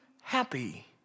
happy